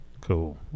cool